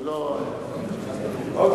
לכן,